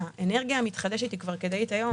האנרגיה המתחדשת כדאית כבר היום,